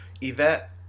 Yvette